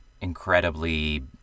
incredibly